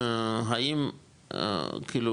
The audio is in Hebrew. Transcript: האם כאילו,